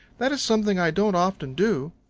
that is something i don't often do.